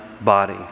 body